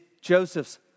Joseph's